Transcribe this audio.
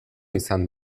izan